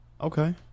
Okay